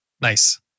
Nice